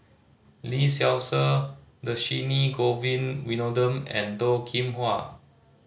Lee Seow Ser Dhershini Govin Winodam and Toh Kim Hwa